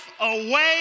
away